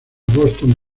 boston